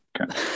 okay